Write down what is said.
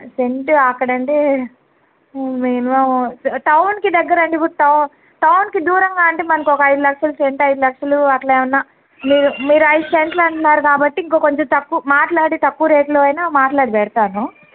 scent అక్కడ అంటే minimum టౌన్కి దగ్గర అంటే ఇపుడు టౌన్ టౌన్కి దూరంగా అంటే మనకు ఒక ఐదు లక్షలు సెంట్ అయిదు లక్షలు అట్ల ఏమన్నా మీరు మీరు ఐదు సెంట్లు అంటున్నారు కాబట్టి ఇంకా కొంచెం తక్కు మాట్లాడి తక్కువ రేట్లో అయినా మాట్లాడి పెడతాను